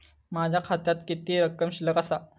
माझ्या खात्यात किती रक्कम शिल्लक आसा?